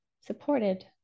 supported